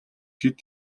хэд